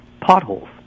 potholes